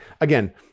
Again